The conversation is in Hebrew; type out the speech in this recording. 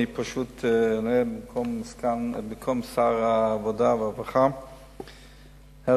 אני פשוט עומד כאן במקום שר העבודה והרווחה הרצוג,